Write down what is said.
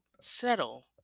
settle